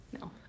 No